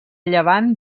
llevant